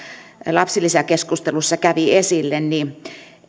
lapsilisäkeskustelussa kävi esille on se että